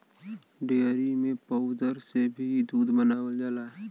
dairy में powder से भी दूध बनावल जाला